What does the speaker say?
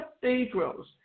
Cathedrals